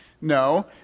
No